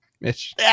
Mitch